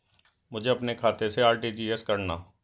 मुझे अपने खाते से आर.टी.जी.एस करना?